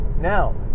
now